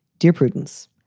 dear prudence,